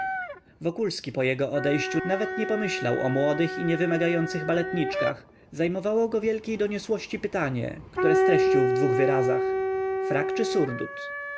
wokulski po jego odejściu nawet nie pomyślał o młodych i niewymagających baletniczkach zajmowało go wielkiej doniosłości pytanie które streścił w dwu wyrazach frak czy